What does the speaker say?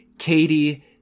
Katie